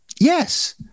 Yes